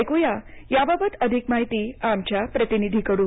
ऐकुया याबाबत अधिक माहिती आमच्या प्रतिनिधीकडून